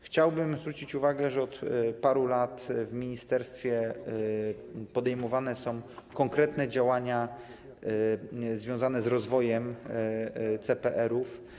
Chciałbym zwrócić uwagę, że od paru lat w ministerstwie podejmowane są konkretne działania związane z rozwojem CPR-ów.